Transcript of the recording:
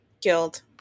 guild